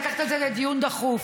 לקחת את זה לדיון דחוף,